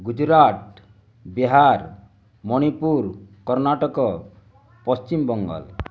Gujarat Bihar Manipur Karnataka Paschim Bengal